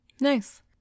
Nice